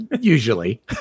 usually